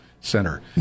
Center